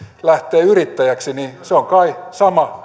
lähtee yrittäjäksi niin se